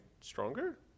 stronger